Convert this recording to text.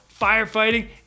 firefighting